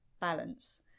balance